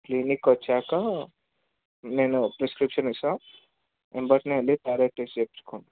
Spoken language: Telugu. క్లినిక్కి వచ్చాక నేను ప్రిస్క్రిప్షన్ ఇస్తాను దాన్ని బట్టి వెళ్ళి థైరాయిడ్ టెస్ట్ చేయించుకోండి